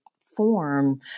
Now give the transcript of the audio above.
form